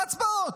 בהצבעות.